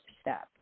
step